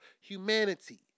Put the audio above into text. humanity